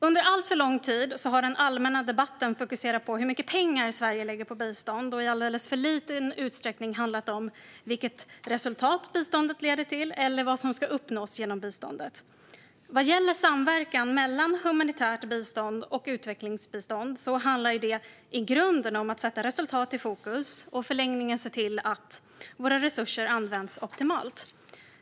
Under alltför lång tid har den allmänna debatten fokuserat på hur mycket pengar Sverige lägger på bistånd och i alldeles för liten utsträckning handlat om vilket resultat biståndet leder till eller vad som ska uppnås genom biståndet. Vad gäller samverkan mellan humanitärt bistånd och utvecklingsbistånd handlar det i grunden om att sätta resultat i fokus och i förlängningen se till att våra resurser används optimalt.